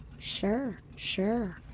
sure, sure.